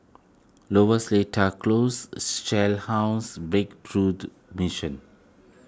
Lower Seletar Close Shell House Breakthrough Mission